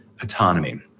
autonomy